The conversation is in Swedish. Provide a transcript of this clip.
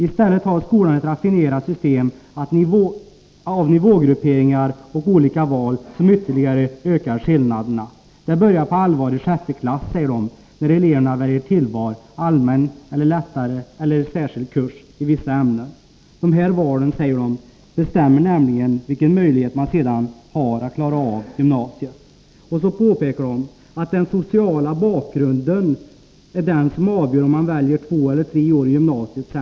I stället har skolan ett raffinerat system av nivågrupperingar och olika val som ytterligare ökar skillnaderna. Det börjar på allvar i sjätte klass, när eleverna väljer tillval, allmän eller särskild kurs i vissa ämnen osv. Dessa val bestämmer nämligen vilken möjlighet man sedan har att klara av gymnasiet.” Vidare påpekar flickorna att det är den sociala bakgrunden som avgör om man väljer två eller tre års gymnasiestudier.